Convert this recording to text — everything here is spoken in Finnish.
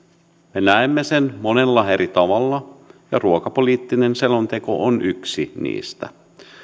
me näemme sen monella eri tavalla ja ruokapoliittinen selonteko on yksi niistä